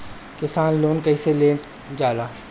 किसान लोन कईसे लेल जाला?